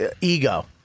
ego